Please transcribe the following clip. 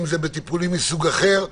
אם זה בטיפולים מסוג אחר.